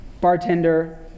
bartender